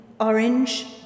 orange